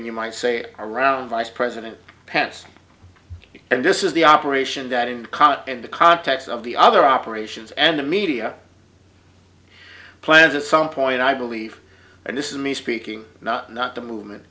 related you might say around vice president pence and this is the operation that in college and the context of the other operations and the media plans at some point i believe and this is me speaking not not the movement